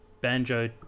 Banjo